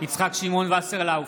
יצחק שמעון וסרלאוף,